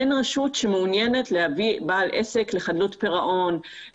אין רשות שמעוניינת להביא בעל עסק לחדלות פירעון,